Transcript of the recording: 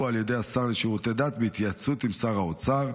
על ידי השר לשירותי דת בהתייעצות עם שר האוצר.